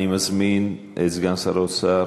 אני מזמין את סגן שר האוצר,